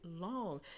long